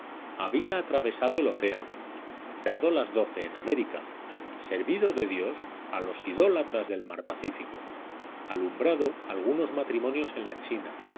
había atravesado el océano dado las doce en américa servido de dios a los idólatras del mar pacífico alumbrado algunos matrimonios en la china